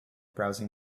browsing